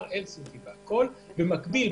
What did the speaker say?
במקביל,